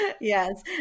Yes